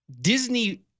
Disney